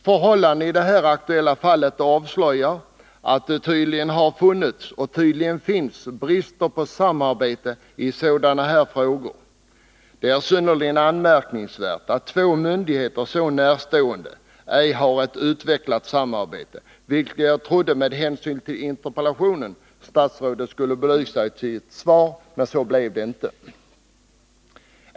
Förhållandena i det här aktuella fallet avslöjar att det tydligen har funnits — och tydligen finns — brist på samarbete i sådana frågor. Det är synnerligen anmärkningsvärt att två myndigheter som är så närstående ej har utvecklat ett samarbete, något som jag trodde att statsrådet med hänsyn till interpellationen skulle belysa i sitt svar. Men så blev det inte.